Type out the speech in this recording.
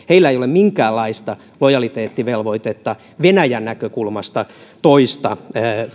heillä ei ole minkäänlaista lojaliteettivelvoitetta venäjän näkökulmasta vaikkapa toista